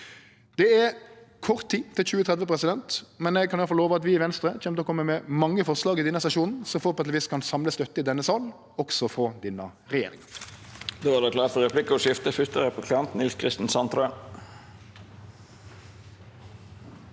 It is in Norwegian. Det er kort tid til 2030, men eg kan iallfall love at vi i Venstre kjem til å kome med mange forslag i denne sesjonen som forhåpentlegvis kan samle støtte i denne salen, også frå denne regjeringa.